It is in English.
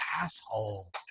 asshole